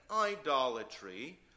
idolatry